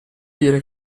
dire